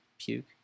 puke